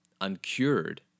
uncured